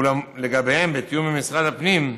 ואולם, לגביהן, בתיאום עם משרד הפנים,